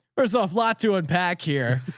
there's ah a lot to unpack here.